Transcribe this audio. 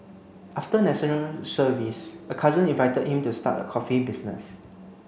after National Service a cousin invited him to start a coffee business